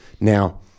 Now